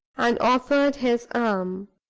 and offered his arm.